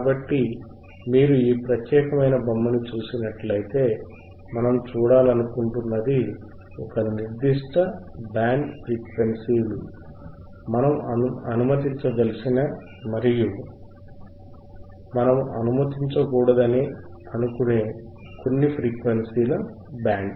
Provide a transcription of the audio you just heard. కాబట్టి మీరు ఈ ప్రత్యేకమైన చిత్రపటముని చూసినట్లయితే మనం చూడాలనుకుంటున్నది ఒక నిర్దిష్ట బ్యాండ్ ఫ్రీక్వెన్సీలు మనం అనుమతించదలిచిన మరియు మనము అనుమతించకూడదనుకునే కొన్ని ఫ్రీక్వెన్సీల బ్యాండ్